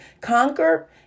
conquer